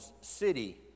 city